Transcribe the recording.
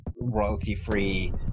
royalty-free